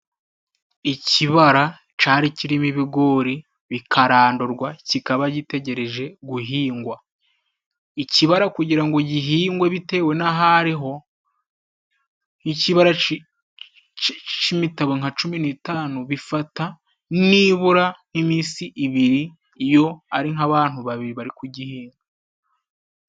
Ikibara cyari kirimo ibigori bikarandurwa kikaba gitegereje guhingwa. Ikibara kugira ngo gihingwe bitewe n'aho ariho, nk'ikibara cy'imitabo nka cumi n'itanu bifata nibura nk'iminsi ibiri, iyo ari nk'abantu babiri bari kugihinga.